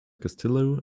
castillo